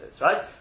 right